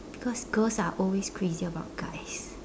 because girls are always crazy about guys